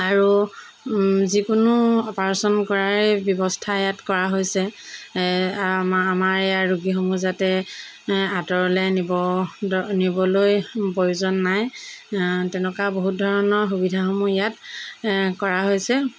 আৰু যিকোনো অপাৰেশ্যন কৰাৰেই ব্যৱস্থা ইয়াত কৰা হৈছে আমাৰ আমাৰ ইয়াৰ ৰোগীসমূহ যাতে আঁতৰলৈ নিব নিবলৈ প্ৰয়োজন নাই তেনেকুৱা বহুত ধৰণৰ সুবিধাসমূহ ইয়াত কৰা হৈছে